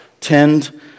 tend